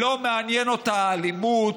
לא מעניינת אותה האלימות.